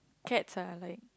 cats are like